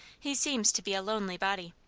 he seems to be a lonely body.